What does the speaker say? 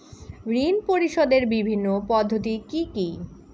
ঋণ পরিশোধের বিভিন্ন পদ্ধতি কি কি?